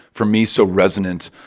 for me, so resonant